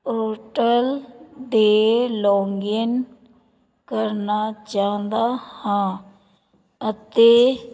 portal 'ਤੇ log in ਕਰਨਾ ਚਾਹੁੰਦਾ ਹਾਂ ਅਤੇ